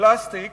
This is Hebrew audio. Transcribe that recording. מפלסטיק